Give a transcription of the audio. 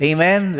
Amen